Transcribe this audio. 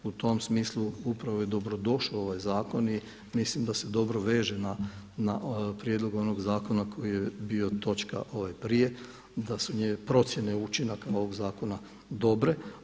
U tom smislu, upravo je dobrodošao ovaj zakon i mislim da se dobro veže na prijedlog onog zakona koji je bio točka, ovaj prije da su, procjene učinaka ovog zakona dobre.